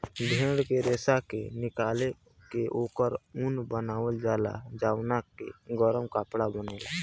भेड़ के रेशा के निकाल के ओकर ऊन बनावल जाला जवना के गरम कपड़ा बनेला